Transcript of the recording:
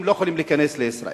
הם לא יכולים להיכנס לישראל.